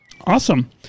Awesome